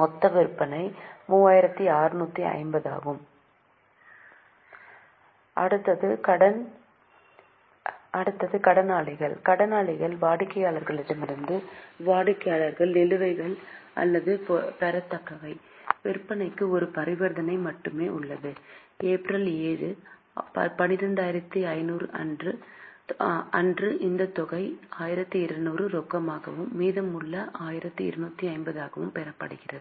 மொத்த விற்பனை 3650 ஆகும் அடுத்தது கடனாளிகள் கடனாளிகள் வாடிக்கையாளர்களிடமிருந்து வாடிக்கையாளர் நிலுவைகள் அல்லது பெறத்தக்கவை விற்பனைக்கு ஒரு பரிவர்த்தனை மட்டுமே உள்ளது ஏப்ரல் 7 12500 அன்று இந்த தொகை 1200 ரொக்கமாகவும் மீதமுள்ள 1250 ஆகவும் பெறப்படுகிறது